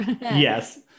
yes